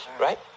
right